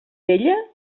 vella